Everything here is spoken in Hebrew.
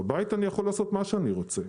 בבית אני יכול לעשות מה שאני רוצה,